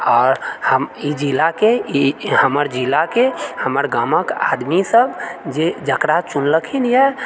आओर हम ई जिलाके ई हमर जिलाके हमर गामक आदमीसभ जे जकरा चुनलखिन यऽ